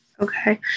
Okay